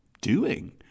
Doing